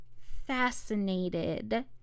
fascinated